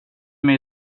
mig